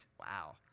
wow